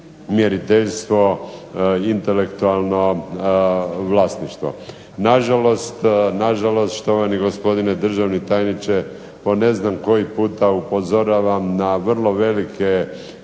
mjeriteljstvo, intelektualno vlasništvo. Na žalost štovani gospodine državni tajniče po ne znam koji puta upozoravam na vrlo velike